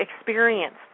experience